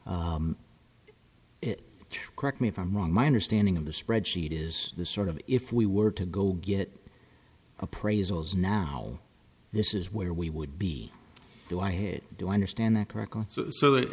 it correct me if i'm wrong my understanding of the spreadsheet is the sort of if we were to go get appraisals now this is where we would be do i had to understand that correctly so that